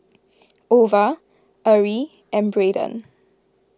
Ova Arie and Braedon